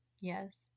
Yes